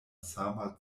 sama